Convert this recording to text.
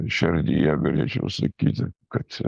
šerdyje galėčiau sakyti kad